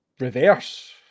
Reverse